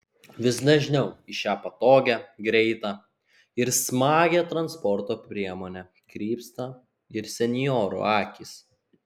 vis dažniau į šią patogią greitą ir smagią transporto priemonę krypsta ir senjorų akys